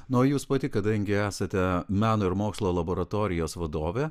na o jūs pati kadangi esate meno ir mokslo laboratorijos vadovė